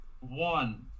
One